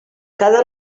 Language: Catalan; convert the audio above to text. cada